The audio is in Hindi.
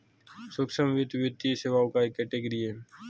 सूक्ष्म वित्त, वित्तीय सेवाओं का एक कैटेगरी है